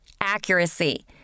Accuracy